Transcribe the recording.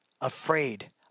afraid